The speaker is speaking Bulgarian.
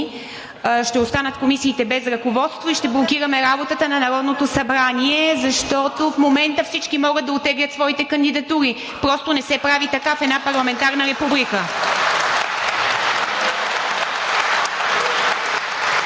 Вашите думи, ще останат комисиите без ръководство и ще блокираме работата на Народното събрание, защото в момента всички могат да оттеглят своите кандидатури. Просто не се прави така в една парламентарна република.